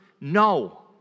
No